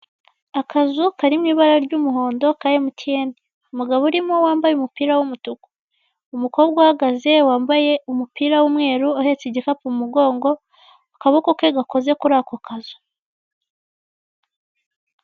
Akazu kari mu ibara ry'umuhondo ka emutiyeni, umugabo urimo wambaye umupira w'umutuku, umukobwa uhagaze wambaye umupira w'umweru uhetse igikapu akaboko ke gakoze kuri ako kazu.